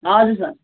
हजुर सर